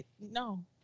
No